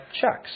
checks